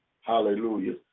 Hallelujah